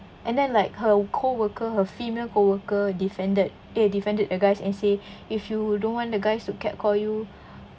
and then like her coworker her female coworker defended eh defended the guys and say if you don't want the guys to catcall you